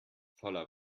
voller